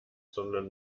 sondern